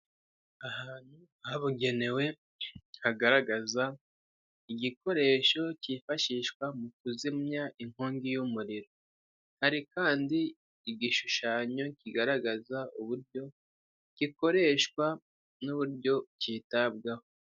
Ahantu habugenewe hagaragaza igikoresho kifashishwa mukuzimya inkongi y' umuriro, hari Kandi igishishanyo kigaragaza uburyo gikoreshwa n' uburyo kitabwaho.